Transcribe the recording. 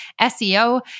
SEO